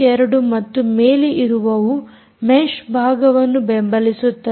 2 ಮತ್ತು ಮೇಲೆ ಇರುವವು ಮೆಷ್ ಭಾಗವನ್ನು ಬೆಂಬಲಿಸುತ್ತದೆ